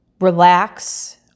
Relax